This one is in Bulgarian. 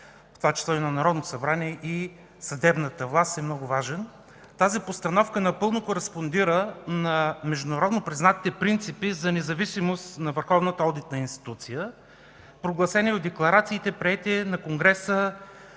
това число и на Народното събрание, и на съдебната власт, е много важен. Тази постановка напълно кореспондира на международно признатите принципи за независимост на върховната одитна институция, прогласени от декларациите, приети на конгреса